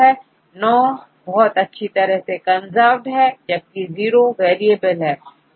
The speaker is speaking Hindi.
9 बहुत अच्छी तरह से कंजर्व्ड है जबकि जीरो वेरिएबल है